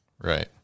Right